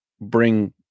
bring